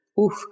Oof